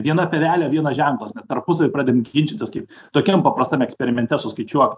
viena pievelė vienas ženklas tarpusavy pradeda ginčytis kaip tokiam paprastam eksperimente suskaičiuot